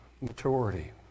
maturity